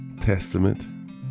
Testament